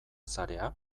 zarea